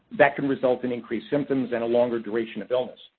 that can result in increased symptoms and a longer duration of illness.